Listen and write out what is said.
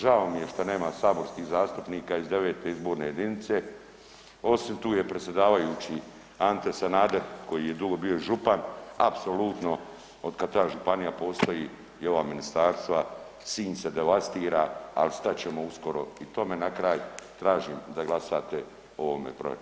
Žao mi je što nema saborskih zastupnika iz 9. izborne jedinice, osim tu je predsjedavajući Ante Sanader koji je dugo bio župan apsolutno od kada ta županija postoji i ova ministarstva Sinj se devastira, ali stat ćemo uskoro i tome na kraj, tražim da glasate o ovome proračunu.